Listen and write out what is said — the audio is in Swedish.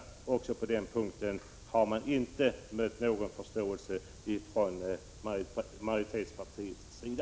Inte heller på den punkten har vi mött någon förståelse från majoritetspartiets sida.